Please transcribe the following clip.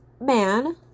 man